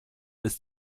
ist